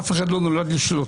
אף אחד לא נולד לשלוט.